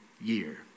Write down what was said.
year